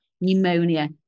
pneumonia